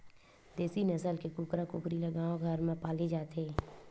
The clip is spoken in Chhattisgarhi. देसी नसल के कुकरा कुकरी ल गाँव घर म पाले जाथे